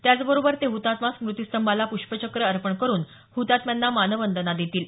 त्याचबरोबर ते हुतात्मा स्मृतीस्तंभाला प्ष्पचक्र अर्पण करुन हतात्म्यांना मानवंदना देतील